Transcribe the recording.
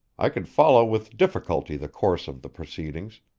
i could follow with difficulty the course of the proceedings,